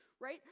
Right